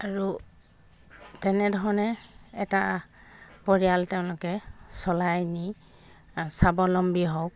আৰু তেনেধৰণে এটা পৰিয়াল তেওঁলোকে চলাই নি স্বাৱলম্বী হওক